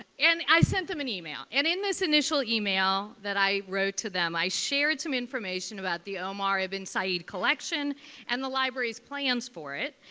and i sent them an email. and in this initial email that i wrote to them, i shared some information about the omar ibn said collection and the library's plan for it.